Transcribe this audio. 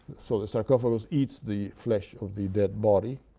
so the sarcophagus eats the flesh of the dead body.